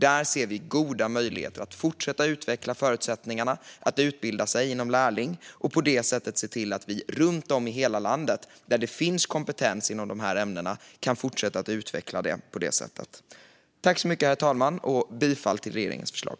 Där ser vi goda möjligheter att fortsätta utveckla förutsättningarna att utbilda sig som lärling och på det sättet se till att vi runt om i hela landet, där det finns kompetens inom dessa ämnen, kan fortsätta att utveckla detta. Jag yrkar bifall till regeringens förslag.